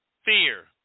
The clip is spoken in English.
Fear